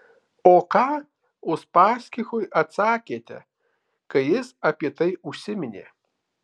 o ką uspaskichui atsakėte kai jis apie tai užsiminė